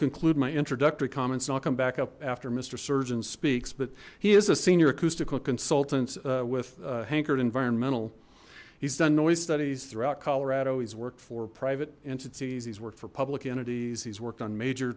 conclude my introductory comments and i'll come back up after mister surgeon speaks but he is a senior acoustical consultant with hankered environmental he's done noise studies throughout colorado he's worked for private entities he's worked for public entities he's worked on major